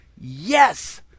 yes